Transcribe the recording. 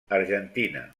argentina